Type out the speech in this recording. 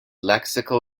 lexical